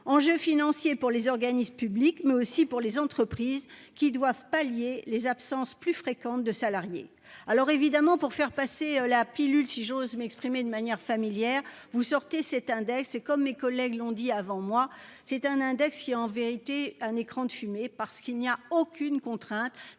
Enjeux financiers pour les organismes publics, mais aussi pour les entreprises qui doivent pallier les absences plus fréquentes de salariés. Alors évidemment pour faire passer la pilule, si j'ose m'exprimer de manière familière vous sortez cet index et comme mes collègues l'ont dit avant moi, c'est un index qui en vérité un écran de fumée parce qu'il n'y a aucune contrainte.